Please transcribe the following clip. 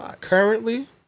currently